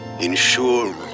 Ensure